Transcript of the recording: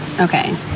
Okay